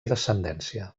descendència